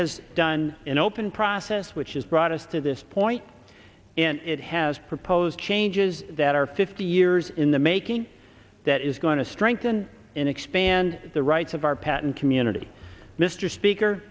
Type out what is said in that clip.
has done an open process which has brought us to this point in it has proposed changes that are fifty years in the making that is going to strengthen and expand the rights of our patent community mr speaker